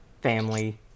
family